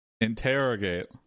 interrogate